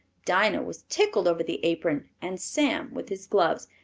dinah was tickled over the apron and sam with his gloves.